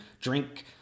drink